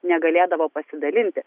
negalėdavo pasidalinti